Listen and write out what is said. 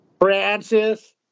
Francis